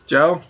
Joe